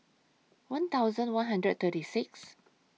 one thousand one hundred and thirty six